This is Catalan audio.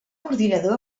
ordinador